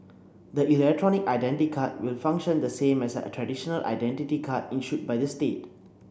the electronic identity card will function the same as a traditional identity card issued by the state